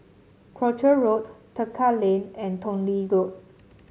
Croucher Road Tekka Lane and Tong Lee Road